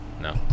No